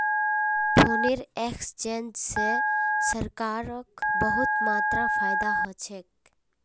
foreign exchange स सरकारक बहुत मात्रात फायदा ह छेक